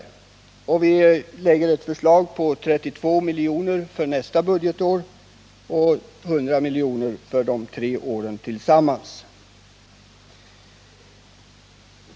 Vi lägger fram ett förslag om ett anslag på 32 milj.kr. för nästa budgetår och 100 miljoner för de tre åren tillsammans.